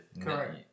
Correct